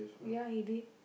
ya he did